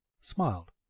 smiled